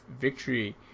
victory